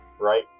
right